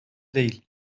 değil